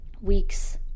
weeks